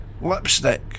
lipstick